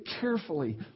carefully